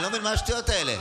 אני לא מבין מה השטויות האלה.